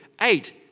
Eight